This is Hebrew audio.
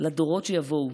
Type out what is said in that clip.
לדורות שיבואו.